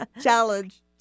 Challenge